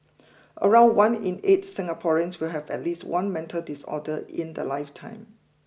around one in eight Singaporeans will have at least one mental disorder in their lifetime